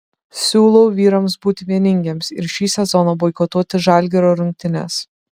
siūlau vyrams būti vieningiems ir šį sezoną boikotuoti žalgirio rungtynes